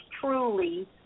truly